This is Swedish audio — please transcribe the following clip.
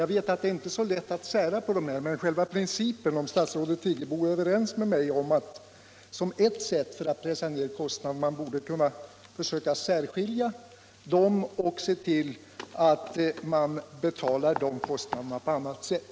Jag vet att det inte är så lätt att sära ut dessa kostnader, men jag vill fråga om statsrådet principiellt är överens med mig om att man som ett sätt att något pressa ned hyrorna borde försöka separera sådana kostnader och se till att de betalades på annat sätt.